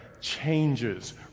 changes